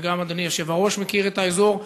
וגם אדוני היושב-ראש מכיר את האזור,